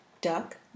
Duck